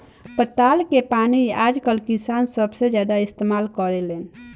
पताल के पानी आजकल किसान सबसे ज्यादा इस्तेमाल करेलेन